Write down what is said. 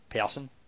person